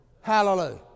Hallelujah